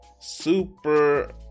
super